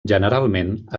generalment